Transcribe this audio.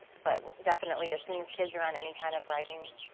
but definitely as soon as kids are on any kind of riding,